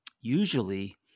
usually